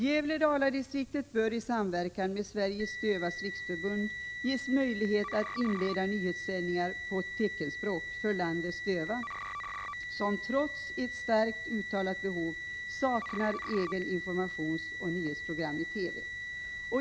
Gävle-Dala-distriktet bör i samverkan med Sveriges Dövas riksförbund ges möjlighet att inleda nyhetssändningar på teckenspråk för landets döva, som trots ett starkt uttalat behov saknar egna informationsoch nyhetsprogram i TV.